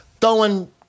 throwing